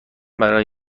برای